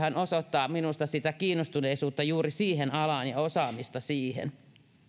osoittaa minusta sitä kiinnostuneisuutta juuri siihen alaan ja osaamista siihen